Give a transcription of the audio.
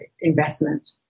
investment